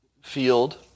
field